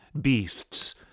beasts